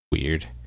weird